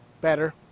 Better